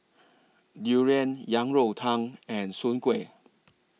Durian Yang Rou Tang and Soon Kuih